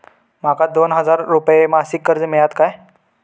माका दोन हजार रुपये मासिक कर्ज मिळात काय?